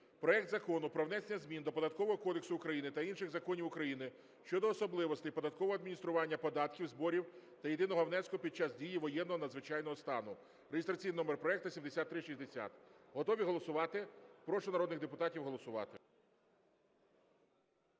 проект Закону про внесення змін до Податкового кодексу України та інших законів України щодо особливостей податкового адміністрування податків, зборів та єдиного внеску під час дії воєнного, надзвичайного стану (реєстраційний номер проекту 7360). Готові голосувати? Прошу народних депутатів голосувати.